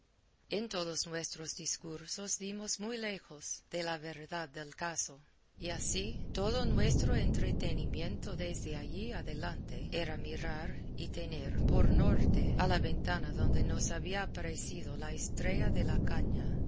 en todos nuestros discursos dimos muy lejos de la verdad del caso y así todo nuestro entretenimiento desde allí adelante era mirar y tener por norte a la ventana donde nos había aparecido la estrella de la caña